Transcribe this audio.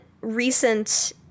recent